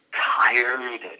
tired